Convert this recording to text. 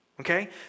okay